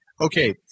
okay